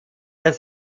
dass